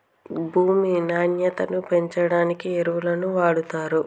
భూమి నాణ్యతను పెంచడానికి ఎరువులను వాడుతారు